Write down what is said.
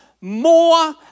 more